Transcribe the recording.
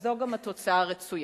וזאת גם התוצאה הרצויה.